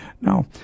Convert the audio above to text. Now